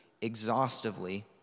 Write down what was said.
exhaustively